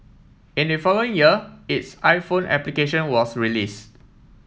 in the following year its iPhone application was released